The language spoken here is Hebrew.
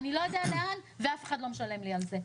אני לא יודע לאן ואף אחד לא משלם לי על זה.